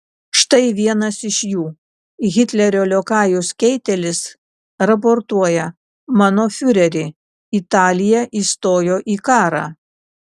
štai vienas iš jų hitlerio liokajus keitelis raportuoja mano fiureri italija įstojo į karą